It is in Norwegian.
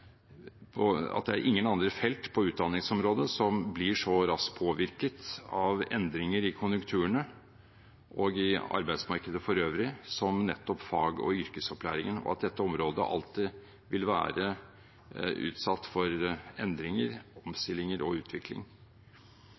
er ingen andre felt på utdanningsområdet som blir så raskt påvirket av endringer i konjunkturene og i arbeidsmarkedet for øvrig som nettopp fag- og yrkesopplæringen, og at dette området alltid vil være utsatt for endringer, omstillinger og utvikling.